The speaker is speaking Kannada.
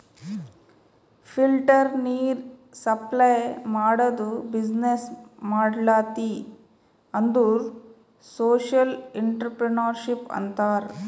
ಫಿಲ್ಟರ್ ನೀರ್ ಸಪ್ಲೈ ಮಾಡದು ಬಿಸಿನ್ನೆಸ್ ಮಾಡ್ಲತಿ ಅಂದುರ್ ಸೋಶಿಯಲ್ ಇಂಟ್ರಪ್ರಿನರ್ಶಿಪ್ ಅಂತಾರ್